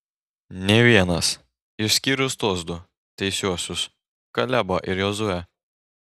nė vienas išskyrus tuos du teisiuosius kalebą ir jozuę